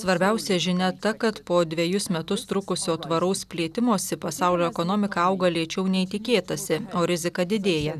svarbiausia žinia ta kad po dvejus metus trukusio tvaraus plėtimosi pasaulio ekonomika auga lėčiau nei tikėtasi o rizika didėja